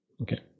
okay